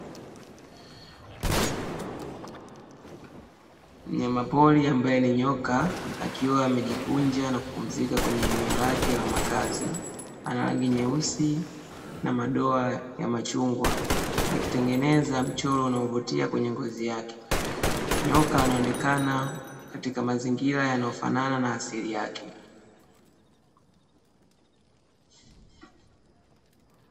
Mnyama pori ambae ni nyoka, akiwa amejikunja na kupumzika kwenye eneo lake la makazi. Ana rangi nyeusi na madoa ya machungwa, yakitengeneza mchoro unaovutia kwenye ngozi yake. Nyoka anaonekana katika mazingira yanayofanana na asili yake.